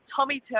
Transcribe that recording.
Tommy